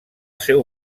seu